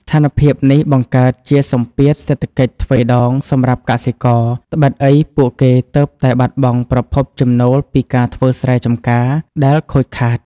ស្ថានភាពនេះបង្កើតជាសម្ពាធសេដ្ឋកិច្ចទ្វេដងសម្រាប់កសិករ ត្បិតអីពួកគេទើបតែបាត់បង់ប្រភពចំណូលពីការធ្វើស្រែចម្ការដែលខូចខាត។